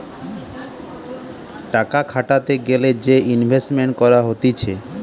টাকা খাটাতে গ্যালে যে ইনভেস্টমেন্ট করা হতিছে